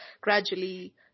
gradually